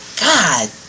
god